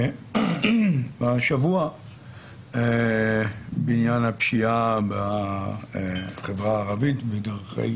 השבוע בעניין הפשיעה בחברה הערבית ובדרכי